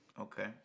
Okay